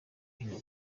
hino